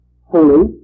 holy